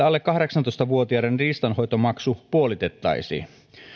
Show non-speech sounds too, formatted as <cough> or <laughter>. <unintelligible> alle kahdeksantoista vuotiaiden riistanhoitomaksu puolitettaisiin